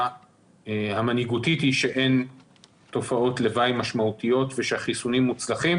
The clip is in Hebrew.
המנהיגותית היא שאין תופעות לוואי משמעותיות ושהחיסונים מוצלחים,